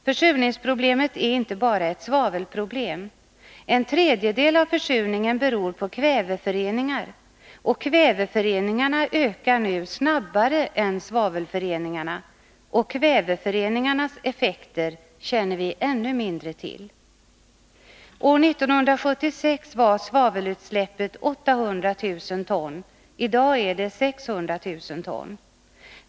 Försurningsproblemet är inte bara ett svavelproblem. En tredjedel av försurningen beror på kväveföreningar. Kväveföreningarna ökar nu snabbare än svavelföreningarna, och kväveföreningarnas effekter känner vi ännu mindre till. År 1976 var svavelutsläppet 800 000 ton, i dag är det 600 000 ton.